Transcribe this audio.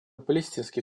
палестинский